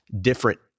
different